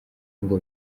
ngo